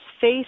face